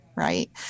right